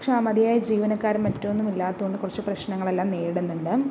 പക്ഷെ മതിയായ ജീവനക്കാരും മറ്റൊന്നുമില്ലാത്തതുകൊണ്ട് കുറച്ച് പ്രശ്നങ്ങളെല്ലാം നേരിടുന്നുണ്ട്